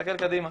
נסתכל קדימה.